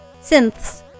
synths